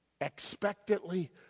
expectantly